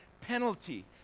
penalty